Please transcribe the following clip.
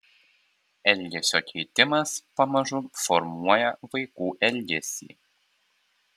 elgesio keitimas pamažu formuoja vaikų elgesį